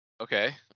Okay